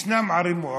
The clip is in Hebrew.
ישנן ערים מעורבות.